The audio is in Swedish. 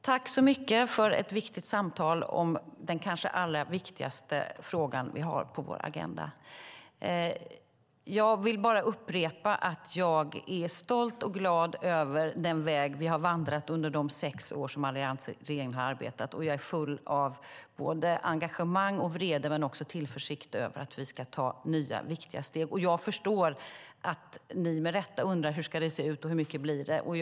Fru talman! Tack för ett viktigt samtal om den kanske viktigaste frågan på vår agenda. Jag är stolt och glad över den väg vi har vandrat under de sex år som alliansregeringen har arbetat. Jag är full av både engagemang och vrede men också av tillförsikt för att vi ska ta nya viktiga steg. Jag förstår att ni undrar hur det ska se ut och hur mycket det blir.